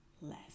less